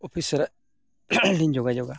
office ᱥᱟᱞᱟᱜ ᱞᱤᱧ ᱡᱳᱜᱟᱡᱳᱜᱽᱼᱟ